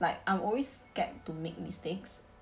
like I'm always scared to make mistakes